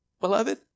Beloved